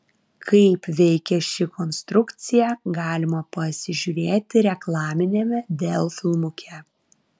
kaip veikia ši konstrukcija galima pasižiūrėti reklaminiame dell filmuke